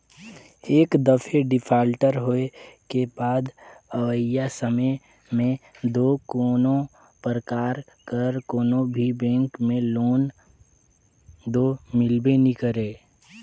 एक दफे डिफाल्टर होए के बाद अवइया समे में दो कोनो परकार कर कोनो भी बेंक में लोन दो मिलबे नी करे